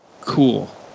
Cool